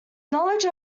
knowledge